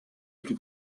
plus